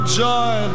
joy